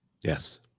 Yes